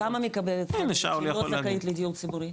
כמה מקבלת אישה שזכאית לדיור ציבורי?